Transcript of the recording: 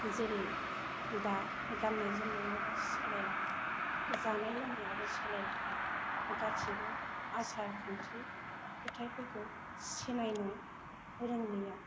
जेरै दा गान्नाय जोमनायाबो सोलायलांबाय जानाय लोंनायाबो सोलायलांबाय गासिबो आसार खान्थि आखुथाइफोरखौ सिनायनो रोंलिया